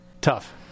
Tough